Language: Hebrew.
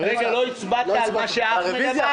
לא הצבעת על מה שאחמד אמר?